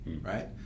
Right